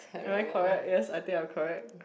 am I correct yes I think I am correct